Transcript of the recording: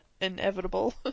Inevitable